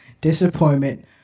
disappointment